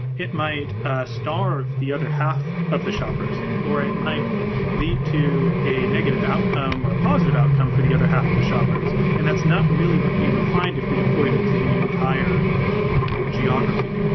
it might ah starve the other half of the shoppers, or it might lead to a negative outcome or a positive outcome for the other half of the shoppers, and that's not really what we would find if we deployed it to the entire geography.